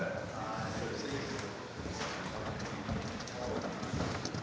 Tak